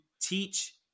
teach